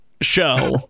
show